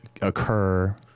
occur